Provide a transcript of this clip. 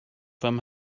them